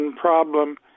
problem